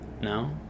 no